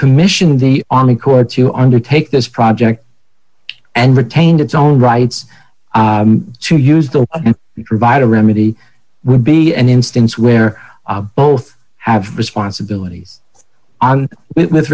commission the army corps to undertake this project and retained its own rights to use the provide a remedy would be an instance where both have responsibilities with